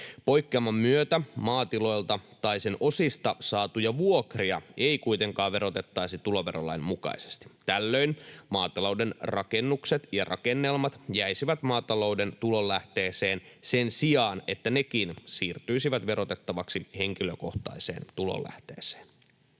Poikkeaman myötä maatiloilta tai sen osista saatuja vuokria ei kuitenkaan verotettaisi tuloverolain mukaisesti. Tällöin maatalouden rakennukset ja rakennelmat jäisivät maatalouden tulonlähteeseen sen sijaan, että nekin siirtyisivät verotettavaksi henkilökohtaiseen tulonlähteeseen.